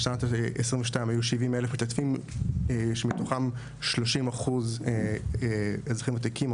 בשנת 22 היו 70 אלף שמתוכם 30 אחוז אזרחים וותיקים,